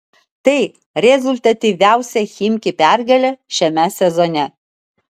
tai rezultatyviausia chimki pergalė šiame sezone